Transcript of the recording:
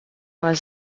was